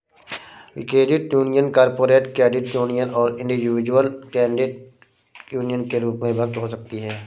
credit union corporate credit union और individual credit union के रूप में विभक्त हो सकती हैं